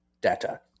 data